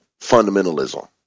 fundamentalism